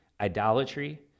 idolatry